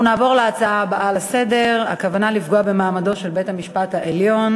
ההצעה לסדר-היום תעבור לוועדת החינוך.